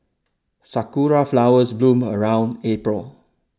sakura flowers bloom around April